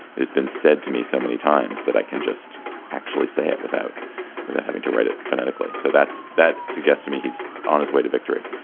it's been said to me so many times that i can just actually say it without without having to write it phonetically. so that's that suggests to me he's on his way to victory.